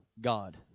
God